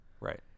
Right